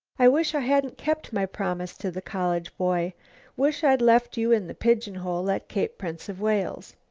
i wish i hadn't kept my promise to the college boy wish i'd left you in the pigeon-hole at cape prince of wales.